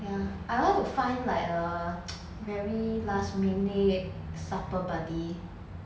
ya I want to find like a very last minute supper buddy